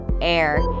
air